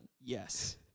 Yes